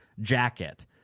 jacket